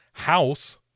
House